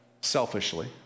selfishly